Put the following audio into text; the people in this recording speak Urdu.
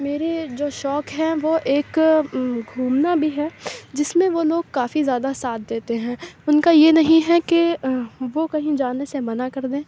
میرے جو شوق ہے وہ ایک گھومنا بھی ہے جس میں وہ لوگ کافی زیادہ ساتھ دیتے ہیں اُن کا یہ نہیں ہے کہ وہ کہیں جانے سے منع کر دیں